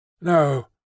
No